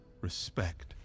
respect